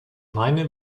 meine